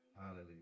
Hallelujah